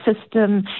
system